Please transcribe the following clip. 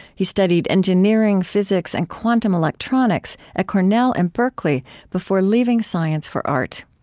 he studied engineering, physics, and quantum electronics at cornell and berkeley before leaving science for art.